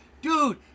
Dude